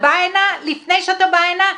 ולפני שאתה בא הנה,